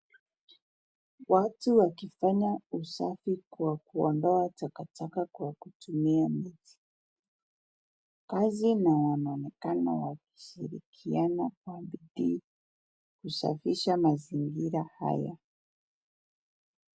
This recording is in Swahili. Watu wakifanya usafi kwa kuondoa takataka kwa kutumia mti. Kazi hii wanaonekana wakishirikiana kwa bidii kusafisha mazingira haya.